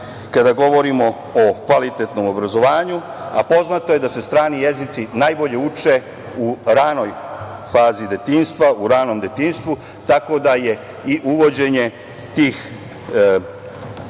kada govorimo o kvalitetnom obrazovanju, a poznato je da se strani jezici najbolje uče u ranoj fazi detinjstva, u ranom detinjstvu, tako da je i uvođenje tih